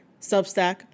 Substack